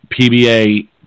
PBA